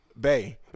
Bay